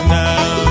now